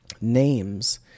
names